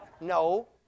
No